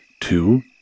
Two